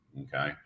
okay